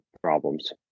problems